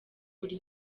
buri